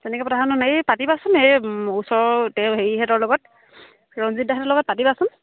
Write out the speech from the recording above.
তেনেকৈ এই পাতিবাচোন এই ওচৰতে হেৰিহঁতৰ লগত ৰঞ্জিত দাহঁতৰ লগত পাতিবাচোন